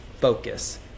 focus